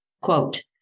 Quote